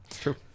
True